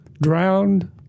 drowned